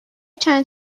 چند